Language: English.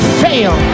fail